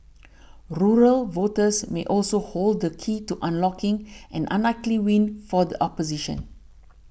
rural voters may also hold the key to unlocking an unlikely win for the opposition